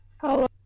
hello